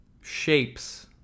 shapes